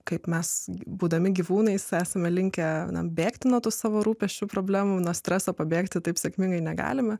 kaip mes būdami gyvūnais esame linkę bėgti nuo tų savo rūpesčių problemų nuo streso pabėgti taip sėkmingai negalima